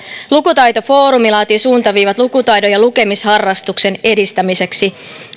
lukutaitofoorumi laatii suuntaviivat lukutaidon ja lukemisharrastuksen edistämiseksi